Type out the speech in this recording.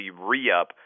re-up